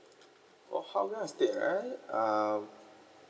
for hougang estate ah uh